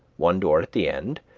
one door at the end,